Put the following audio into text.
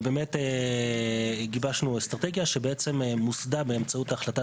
ובאמת גיבשנו אסטרטגיה שמוסדה באמצעות החלטת